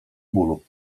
bólu